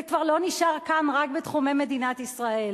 זה כבר לא נשאר כאן רק בתחומי מדינת ישראל.